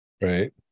right